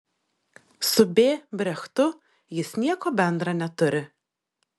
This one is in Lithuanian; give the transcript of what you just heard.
su b brechtu jis nieko bendra neturi